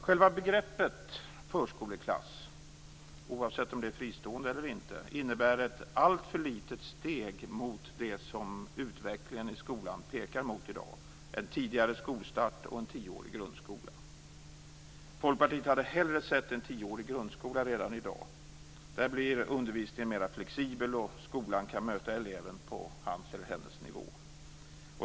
Själva begreppet förskoleklass, oavsett om den är fristående eller inte, innebär ett alltför litet steg mot det som utvecklingen i skolan pekar mot i dag, nämligen en tidigare skolstart och en tioårig grundskola. Folkpartiet hade hellre sett en tioårig grundskola redan i dag. Där blir undervisningen mer flexibel, och skolan kan möta eleven på hans eller hennes nivå.